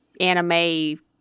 anime